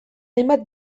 hainbat